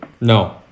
No